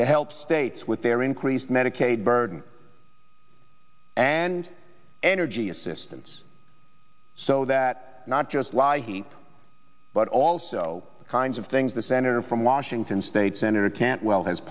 to help states with their increased medicaid burden and energy assistance so that not just lie heat but also the kinds of things the senator from washington state senator cantwell has